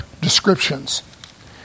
descriptions